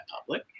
public